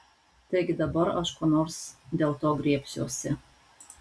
taigi dabar aš ko nors dėl to griebsiuosi